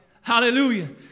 Hallelujah